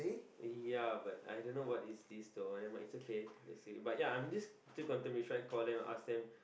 ya but I don't know what is this though never mind it's okay let see but ya I'm just still contemplating I should call them and ask them